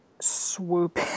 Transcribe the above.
swoop